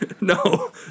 No